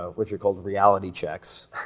ah which are called reality checks,